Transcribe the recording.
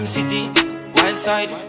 Wildside